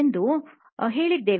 ಎಂದು ಹೇಳಿದ್ದೇವೆ